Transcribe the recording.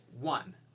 one